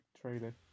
trailer